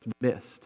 missed